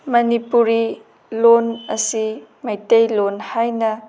ꯃꯅꯤꯄꯨꯔꯤ ꯂꯣꯟ ꯑꯁꯤ ꯃꯩꯇꯩ ꯂꯣꯟ ꯍꯥꯏꯅ